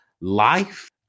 life